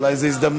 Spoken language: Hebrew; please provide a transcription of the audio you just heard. אולי זו הזדמנות.